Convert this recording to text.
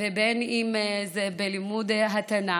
ובין אם בלימוד התנ"ך,